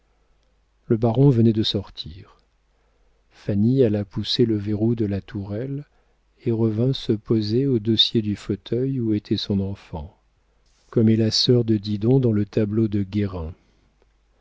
le baron venait de sortir fanny alla pousser le verrou de la tourelle et revint se poser au dossier du fauteuil où était son enfant comme est la sœur de didon dans le tableau de